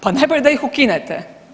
Pa najbolje da ih ukinete.